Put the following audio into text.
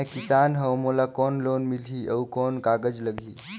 मैं किसान हव मोला कौन लोन मिलही? अउ कौन कागज लगही?